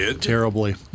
terribly